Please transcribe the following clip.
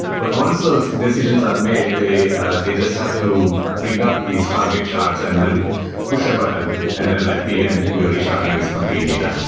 but once those decisions are made they they just have to bring up these target shards and then push a button and then at the end your resharding is completely done